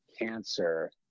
cancer